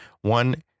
one